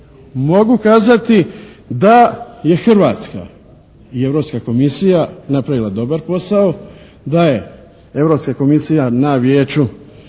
mogu kazati da je Hrvatska i Europska komisija napravila dobar posao, da je Europska komisija na Vijeću